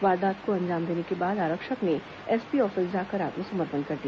वारदात को अंजाम देने को बाद आरक्षक ने एसपी ऑफिस जाकर आत्मसमर्पण कर दिया